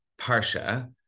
parsha